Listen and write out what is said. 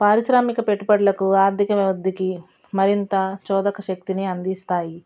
పారిశ్రామిక పెట్టుబడులకు ఆర్థిక వృద్ధికి మరింత చోదకశక్తిని అందిస్తాయి